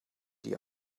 die